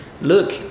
look